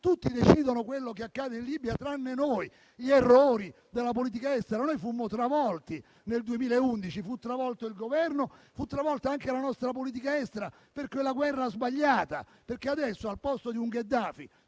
tutti decidono quello che accade in Libia, tranne noi; per gli errori della politica estera, fummo travolti nel 2011: lo furono il Governo e anche la nostra politica estera, per quella guerra sbagliata e adesso, al posto di un Gheddafi